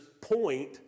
point